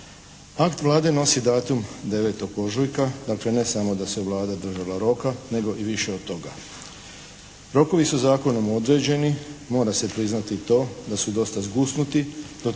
Akt Vlade nosi datum 9. ožujka. Dakle ne samo da se Vlada držala roka nego i više od toga. Rokovi su zakonom određeni. Mora se priznati i to da su dosta zgusnuti.